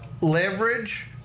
Leverage